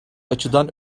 açıdan